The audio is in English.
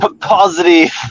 positive